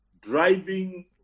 driving